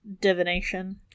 divination